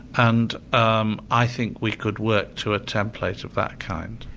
and um i think we could work to a template of that kind.